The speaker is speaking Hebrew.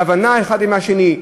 בהבנה האחד עם השני,